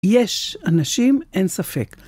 יש אנשים, אין ספק.